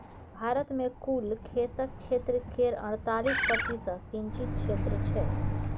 भारत मे कुल खेतक क्षेत्र केर अड़तालीस प्रतिशत सिंचित क्षेत्र छै